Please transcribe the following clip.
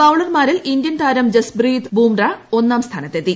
ബൌളർമാരിൽ Indian താരം ജസ്പ്രീത് ബുംറ ഒന്നാം സ്ഥാനത്തെത്തി